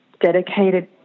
dedicated